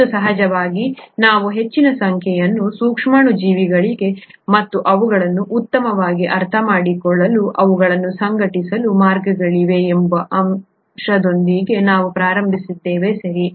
ಮತ್ತು ಸಹಜವಾಗಿ ನಾವು ಹೆಚ್ಚಿನ ಸಂಖ್ಯೆಯ ಸೂಕ್ಷ್ಮಾಣುಜೀವಿಗಳಿವೆ ಮತ್ತು ಅವುಗಳನ್ನು ಉತ್ತಮವಾಗಿ ಅರ್ಥಮಾಡಿಕೊಳ್ಳಲು ಅವುಗಳನ್ನು ಸಂಘಟಿಸಲು ಮಾರ್ಗಗಳಿವೆ ಎಂಬ ಅಂಶದೊಂದಿಗೆ ನಾವು ಪ್ರಾರಂಭಿಸಿದ್ದೇವೆ ಸರಿ